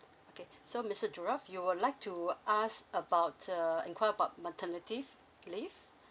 okay so mister darolf you would like to ask about uh enquire about maternity leave